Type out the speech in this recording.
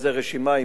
איזו רשימה,